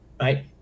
right